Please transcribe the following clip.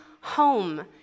home